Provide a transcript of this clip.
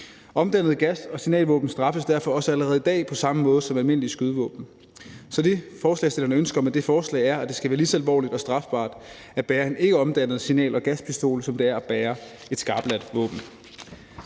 Omdannede gas- og signalvåben straffes derfor også allerede i dag på samme måde som almindelige skydevåben. Så det, forslagsstillerne ønsker med det forslag, er, at det skal være lige så alvorligt og strafbart at bære en ikke omdannet signal- eller gaspistol, som det er at bære skarpladte våben.